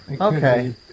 Okay